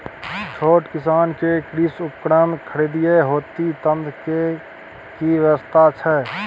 छोट किसान के कृषि उपकरण खरीदय हेतु ऋण के की व्यवस्था छै?